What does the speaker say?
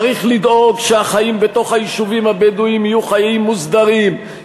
צריך לדאוג שהחיים בתוך היישובים הבדואיים יהיו חיים מוסדרים,